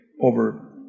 over